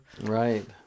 right